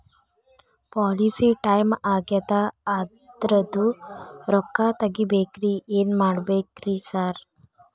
Policy time ಆಗ್ಯಾದ ಅದ್ರದು ರೊಕ್ಕ ತಗಬೇಕ್ರಿ ಏನ್ ಮಾಡ್ಬೇಕ್ ರಿ ಸಾರ್?